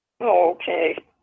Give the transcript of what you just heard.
Okay